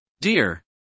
dear